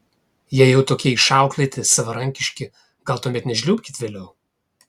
jeigu jau tokie išauklėti savarankiški gal tuomet nežliumbkit vėliau